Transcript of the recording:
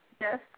Yes